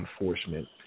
enforcement